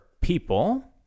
people